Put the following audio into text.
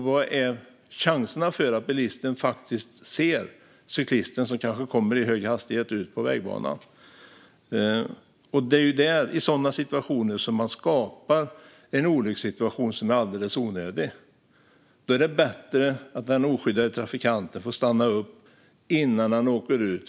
Vad är chanserna för att bilisten faktiskt ser cyklisten, som kanske kommer i hög hastighet ut på vägbanan? Det är i sådana situationer som man skapar en olyckssituation som är alldeles onödig. Då är det bättre att den oskyddade trafikanten får stanna upp innan han åker ut.